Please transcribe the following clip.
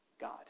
God